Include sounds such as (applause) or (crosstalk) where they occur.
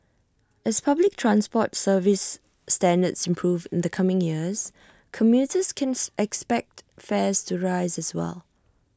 as public transport service standards improve in the coming years commuters can (unintelligible) expect fares to rises as well